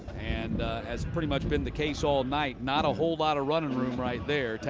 and has pretty much been the case all night. not a whole lot of running room right there.